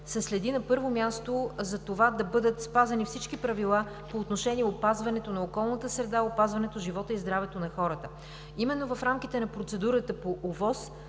се следи на първо място за това да бъдат спазени всички правила по отношение опазването на околната среда, опазването живота и здравето на хората. Именно в рамките на процедурата по ОВОС